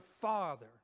Father